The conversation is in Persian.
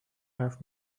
حرف